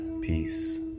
Peace